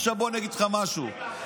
עכשיו, בוא אני אגיד לך משהו, סימון.